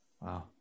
Wow